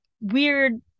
weird